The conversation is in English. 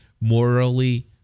morally